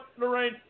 Lorraine